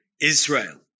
Israel